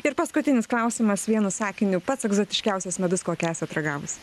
ir paskutinis klausimas vienu sakiniu pats egzotiškiausias medus kokį esat ragavus